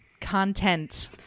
content